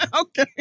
okay